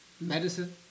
medicine